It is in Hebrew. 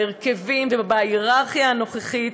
בהרכבים ובהייררכיה הנוכחית,